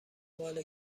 مال